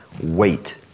Wait